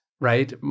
Right